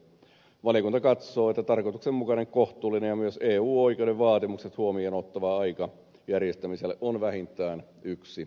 valiokunta katsoo että tarkoituksenmukainen kohtuullinen ja myös eu oikeuden vaatimukset huomioon ottava aika järjestämiselle on vähintään yksi vuosi